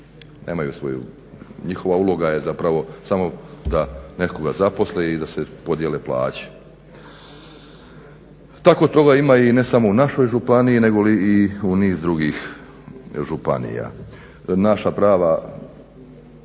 njihova uloga je zapravo samo da nekoga zaposle i da se podijele plaće. Tako toga ima, i ne samo u našoj županiji, nego li i u niz drugih županija. Naša prava,